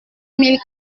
mille